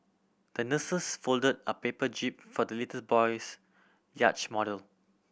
the nurses fold a paper jib for the little boy's yacht model